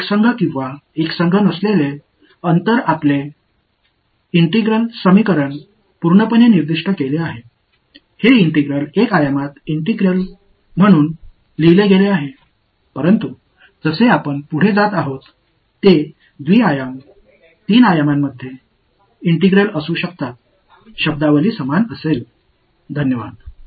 இந்த ஒருங்கிணைப்புகள் 1 பரிமாணத்தில் ஒரு ஒருங்கிணைப்பாக எழுதப்பட்டுள்ளன ஆனால் நாம் மேலும் செல்லும்போது இவை 2 பரிமாணங்கள் 3 பரிமாணங்களில் ஒருங்கிணைப்புகளாக இருக்கலாம் சொல் ஒரே மாதிரியாக இருக்கும்